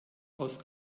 aus